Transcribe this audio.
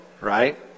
right